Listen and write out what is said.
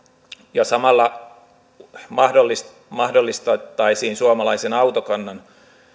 samalla mahdollistettaisiin suomalaisen autokannan